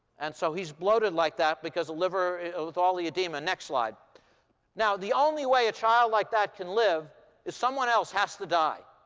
and so he's bloated like that because a liver with all the edema. next slide now, the only way a child like that can live is someone else has to die.